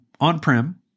on-prem